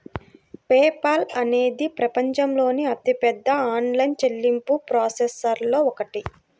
pay Paul అనేది ప్రపంచంలోని అతిపెద్ద ఆన్లైన్ చెల్లింపు ప్రాసెసర్లలో ఒకటి